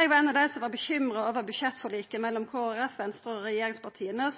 Eg var ei av dei som var bekymra over budsjettforliket mellom Kristeleg Folkeparti, Venstre og regjeringspartia